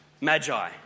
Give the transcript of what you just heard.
magi